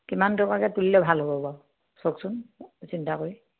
কিমান টকাকে তুলিলে ভাল হ'ব বাৰু চাওকচোন চিন্তা কৰি